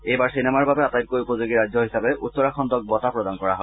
এইবাৰ চিনেমাৰ বাবে আটাইতকৈ উপযোগী ৰাজ্য হিচাপে উত্তৰাখণ্ডক বঁটা প্ৰদান কৰা হয়